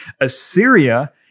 Assyria